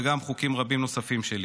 וגם חוקים רבים נוספים שלי.